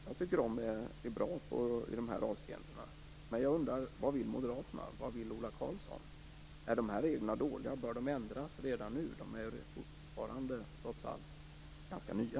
Jag tycker att de är bra i dessa avseenden. Men jag undrar vad moderaterna vill. Vad vill Ola Karlsson? Är dessa regler dåliga? Bör de ändras redan nu? De är fortfarande, trots allt, ganska nya.